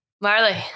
Marley